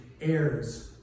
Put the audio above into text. heirs